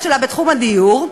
שלה בתחום הדיור,